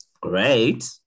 great